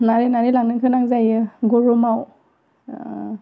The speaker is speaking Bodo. नारै नारै लांनो गोनां जायो गरमाव ओह